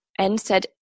NSAID